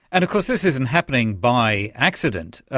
and of course this isn't happening by accident, ah